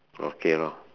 okay lor